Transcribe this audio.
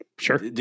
Sure